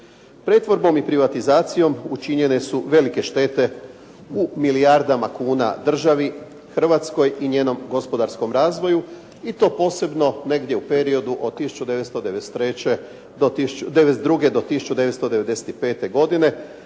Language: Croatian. Pretvorbom i privatizacijom učinjene su velike štete u milijardama kuna državi Hrvatskoj i njenom gospodarskom razvoju i to posebno negdje u periodu od 1992. do 1995. godine,